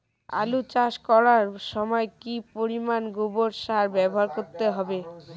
আলু চাষ করার সময় কি পরিমাণ গোবর সার ব্যবহার করতে হবে?